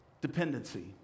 Dependency